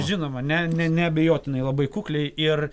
žinoma ne ne neabejotinai labai kukliai ir